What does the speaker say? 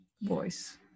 voice